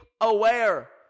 aware